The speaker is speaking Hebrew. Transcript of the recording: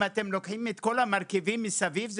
אם אתם לוקחים את כל המרכיבים מסביב,